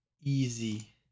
Easy